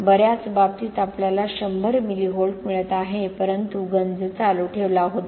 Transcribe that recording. बर्याच बाबतीत आपल्याला 100 मिली व्होल्ट मिळत आहे परंतु गंज चालू ठेवला होता